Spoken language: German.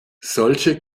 solche